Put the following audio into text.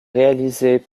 réalisés